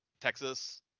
Texas